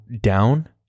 down